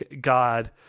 god